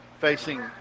facing